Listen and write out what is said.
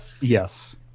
Yes